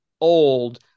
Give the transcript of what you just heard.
old